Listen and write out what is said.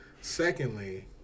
Secondly